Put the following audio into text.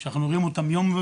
אנחנו רואים אותם יום יום,